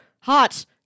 hot